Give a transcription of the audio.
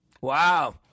Wow